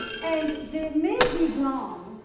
and they may be gone,